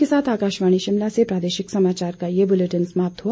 इसी के साथ आकाशवाणी शिमला से प्रादेशिक समाचार का ये बुलेटिन समाप्त हुआ